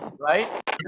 right